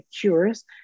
cures